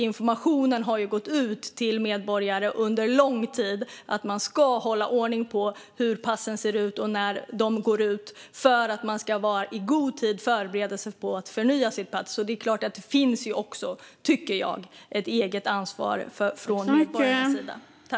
Informationen har ju gått ut till medborgare under lång tid om att man ska hålla reda på hur passen ser ut och när de går ut för i god tid kunna förbereda sig för att förnya passet. Jag tycker alltså att det också finns ett eget ansvar för medborgarna att ta.